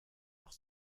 noch